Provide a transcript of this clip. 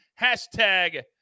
Hashtag